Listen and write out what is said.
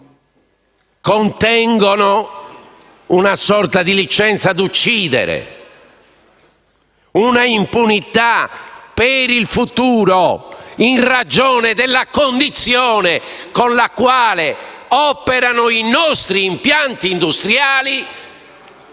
contengono una sorta di licenza a uccidere, un'impunità per il futuro in ragione della condizione in cui i nostri impianti industriali